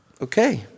Okay